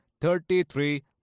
thirty-three